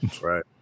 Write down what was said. Right